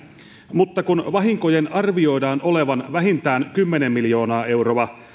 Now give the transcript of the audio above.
mutta kun vahinkojen arvioidaan olevan vähintään kymmenen miljoonaa euroa